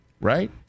right